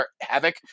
havoc